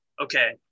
okay